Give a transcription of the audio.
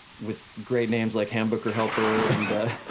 with great names like hamburger helper. and